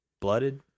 Blooded